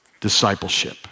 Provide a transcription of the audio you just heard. discipleship